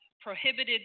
prohibited